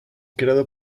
creado